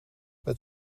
met